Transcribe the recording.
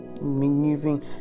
moving